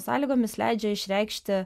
sąlygomis leidžia išreikšti